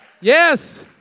Yes